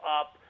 up